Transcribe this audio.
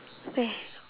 where